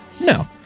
No